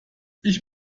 ich